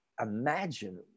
imagine